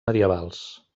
medievals